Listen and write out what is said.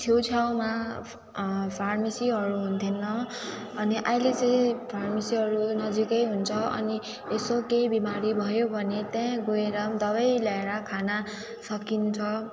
छेउछाउमा फार्मेसीहरू हुन्थेन अनि अहिले चाहिँ फार्मेसीहरू नजिकै हुन्छ अनि यसो केही बिमारी भयो भने त्यहीँ गएर दबाई ल्याएर खान सकिन्छ